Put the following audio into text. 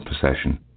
procession